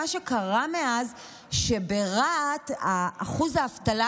מה שקרה מאז הוא שברהט אחוז האבטלה